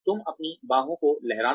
तुम अपनी बाहों को लहराना